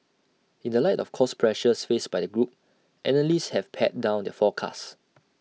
in the light of cost pressures faced by the group analysts have pared down their forecasts